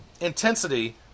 intensity